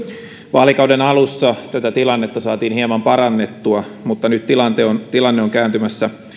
vaalikauden alussa tätä tilannetta saatiin hieman parannettua mutta nyt tilanne on kääntymässä